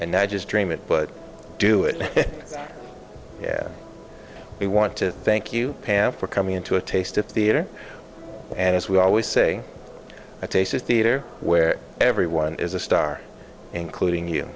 and i just dream it but do it so yeah we want to thank you pam for coming into a taste of theater and as we always say a taste of theater where everyone is a star including you